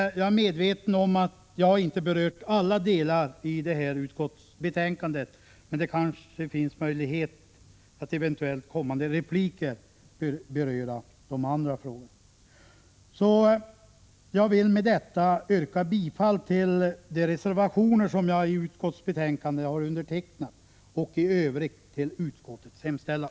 Jag är medveten om att jag inte har berört alla delar i utskottsbetänkandet, men det kanske finns möjlighet att i eventuellt kommande repliker kommentera de andra frågorna. Jag vill med detta yrka bifall till de reservationer till utskottsbetänkandet som jag har undertecknat och i övrigt till utskottets hemställan.